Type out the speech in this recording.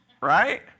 Right